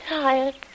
tired